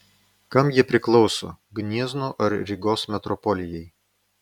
kam jie priklauso gniezno ar rygos metropolijai